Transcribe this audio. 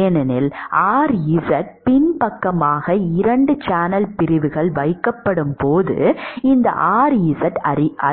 ஏனெனில் rz பின்பக்கமாக 2 channel பிரிவுகள் வைக்கப்படும்போது இந்த